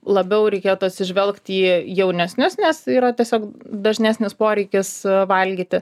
labiau reikėtų atsižvelgti į jaunesnius nes yra tiesiog dažnesnis poreikis valgyti